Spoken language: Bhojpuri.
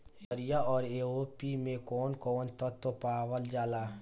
यरिया औरी ए.ओ.पी मै कौवन कौवन तत्व पावल जाला?